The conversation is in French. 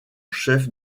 chef